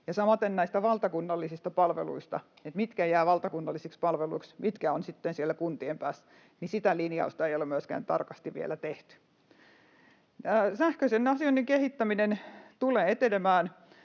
näistä valtakunnallisista palveluista, että mitkä jäävät valtakunnallisiksi palveluiksi, mitkä ovat sitten siellä kuntien päässä, sitä ei ole myöskään tarkasti vielä tehty. Sähköisen asioinnin kehittäminen tulee etenemään,